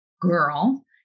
girl